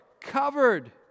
covered